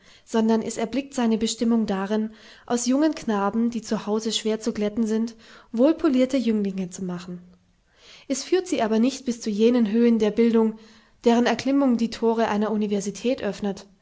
sondern es erblickt seine bestimmung darin aus jungen knaben die zu hause schwer zu glätten sind wohlpolierte jünglinge zu machen es führt sie aber nicht bis zu jenen höhen der bildung deren erklimmung die thore einer universität öffnet